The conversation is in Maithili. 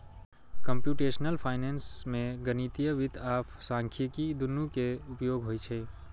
कंप्यूटेशनल फाइनेंस मे गणितीय वित्त आ सांख्यिकी, दुनू के उपयोग होइ छै